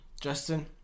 Justin